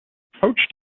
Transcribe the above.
poached